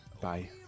Bye